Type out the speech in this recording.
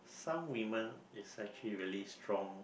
some women is actually really strong